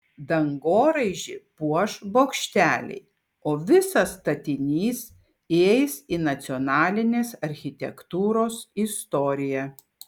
dangoraižį puoš bokšteliai o visas statinys įeis į nacionalinės architektūros istoriją